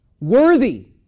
worthy